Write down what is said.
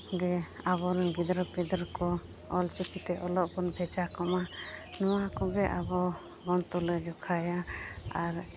ᱟᱵᱚ ᱨᱚᱱ ᱜᱤᱫᱽᱨᱟᱹᱼᱯᱤᱫᱟᱹᱨ ᱠᱚ ᱚᱞᱪᱤᱠᱤ ᱛᱮ ᱚᱞᱚᱜ ᱵᱚᱱ ᱵᱷᱮᱡᱟ ᱠᱚᱢᱟ ᱱᱚᱣᱟ ᱠᱚᱜᱮ ᱟᱵᱚ ᱵᱚᱱ ᱛᱩᱞᱟᱹ ᱡᱚᱠᱷᱟᱭᱟ ᱟᱨ